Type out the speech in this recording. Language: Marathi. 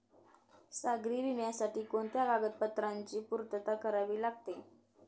सागरी विम्यासाठी कोणत्या कागदपत्रांची पूर्तता करावी लागते?